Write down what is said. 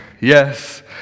Yes